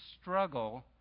struggle